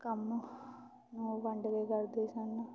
ਕੰਮ ਨੂੰ ਵੰਡ ਕੇ ਕਰਦੇ ਸਨ